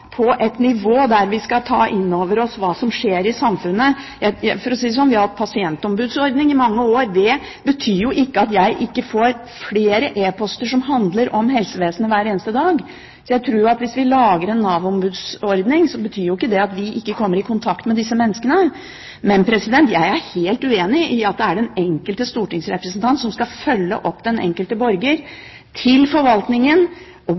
på et nivå der vi skal ta inn over oss det som skjer i samfunnet. For å si det sånn: Vi har hatt en pasientombudsordning i mange år. Det betyr ikke at jeg ikke hver eneste dag får flere e-poster som handler om helsevesenet. Hvis vi lager en Nav-ombudsordning, tror jeg ikke det betyr at vi ikke kommer i kontakt med disse menneskene. Men jeg er helt uenig i at den enkelte stortingsrepresentant skal følge opp den enkelte borger i forhold til forvaltningen og